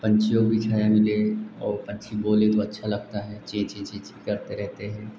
पक्षियों को भी छाया मिले और पक्षी बोलें तो अच्छा लगता है चीं चीं चीं चीं करते रहते हैं